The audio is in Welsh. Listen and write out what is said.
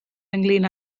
ynglŷn